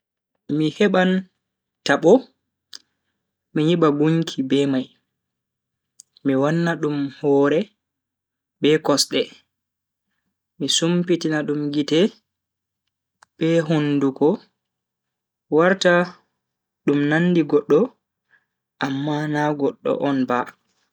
Mi heban tabo mi nyiba gunki be mai mi wanna dum hore be kosde. mi sumpitina dum gite be hunduko warta dum nandi goddo amma na goddo on ba.